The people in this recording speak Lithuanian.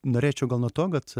norėčiau gal nuo to bet